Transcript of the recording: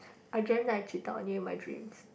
I dreamt that I cheated on you in my dreams